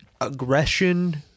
aggression